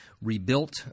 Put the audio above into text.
rebuilt